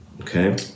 okay